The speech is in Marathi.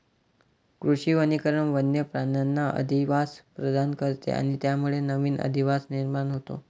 कृषी वनीकरण वन्य प्राण्यांना अधिवास प्रदान करते आणि त्यामुळे नवीन अधिवास निर्माण होतो